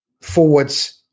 forwards